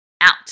out